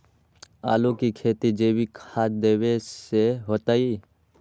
आलु के खेती जैविक खाध देवे से होतई?